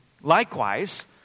Likewise